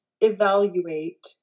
evaluate